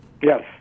Yes